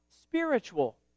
spiritual